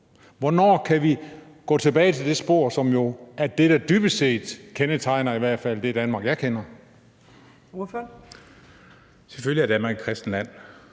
Hvornår kan vi gå tilbage til det spor, som jo er det, der dybest set kendetegner i hvert fald det Danmark, jeg kender? Kl. 18:10 Fjerde næstformand